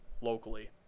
locally